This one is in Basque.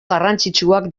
garrantzitsua